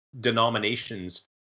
denominations